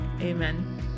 Amen